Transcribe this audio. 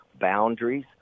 boundaries